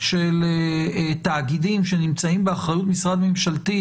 של תאגידים שנמצאים באחריות משרד ממשלתי,